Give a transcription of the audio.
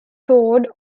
toured